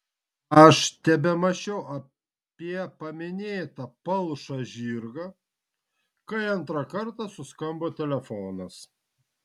aš tebemąsčiau apie paminėtą palšą žirgą kai antrą kartą suskambo telefonas